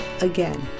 Again